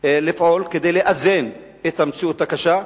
לפעול כדי לאזן את המציאות הקשה,